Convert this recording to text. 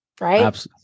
right